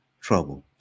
trouble